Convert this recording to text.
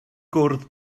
gwrdd